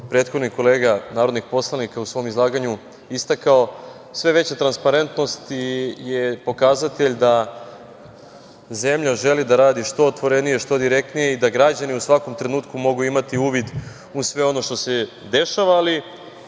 prethodnih kolega narodnih poslanika u svom izlaganju istakao, sve veća transparentnost je pokazatelj da zemlja želi da radi što otvorenije, što direktnije i da građani u svakom trenutku mogu imati uvid u sve ono što se dešava, ali